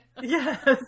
Yes